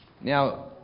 Now